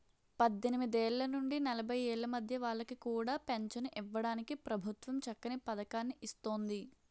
పద్దెనిమిదేళ్ల నుండి నలభై ఏళ్ల మధ్య వాళ్ళకి కూడా పెంచను ఇవ్వడానికి ప్రభుత్వం చక్కని పదకాన్ని ఇస్తోంది